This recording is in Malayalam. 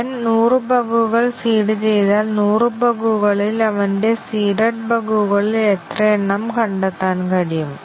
അവൻ നൂറ് ബഗുകൾ സീഡ് ചെയ്താൽ നൂറ് ബഗുകളിൽ അവന്റെ സീഡഡ് ബഗുകളിൽ എത്രയെണ്ണം കണ്ടെത്താൻ കഴിയും